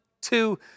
two